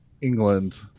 England